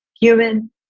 human